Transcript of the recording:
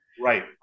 right